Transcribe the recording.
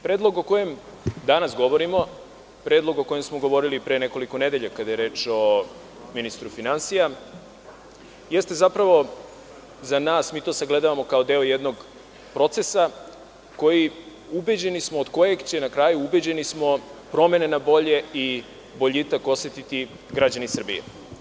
Predlog o kojem danas govorimo, predlog o kojem smo govorili pre nekoliko nedelja, kada je reč o ministru finansija, jeste zapravo, za nas, mi to sagledavamo kao deo jednog procesa od kojeg će na kraju, ubeđeni smo, promene na bolje i boljitak osetiti građani Srbije.